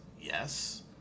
Yes